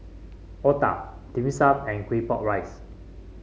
otah Dim Sum and Claypot Rice